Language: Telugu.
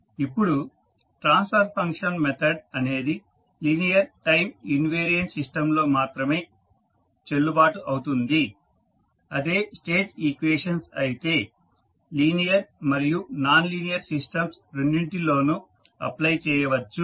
ఇప్పుడు ట్రాన్స్ఫర్ ఫంక్షన్ మెథడ్ అనేది లీనియర్ టైం ఇన్వేరియంట్ సిస్టంలలో మాత్రమే చెల్లుబాటు అవుతుంది అదే స్టేట్ ఈక్వేషన్స్ అయితే లీనియర్ మరియు నాన్ లీనియర్ సిస్టమ్స్ రెండింటిలోను అప్ప్లై చేయవచ్చు